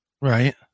right